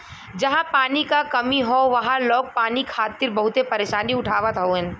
जहां पानी क कमी हौ वहां लोग पानी खातिर बहुते परेशानी उठावत हउवन